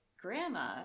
grandma